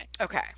Okay